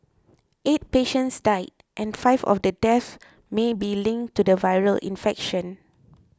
eight patients died and five of the deaths may be linked to the viral infection